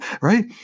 Right